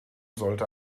sollte